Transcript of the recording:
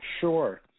Sure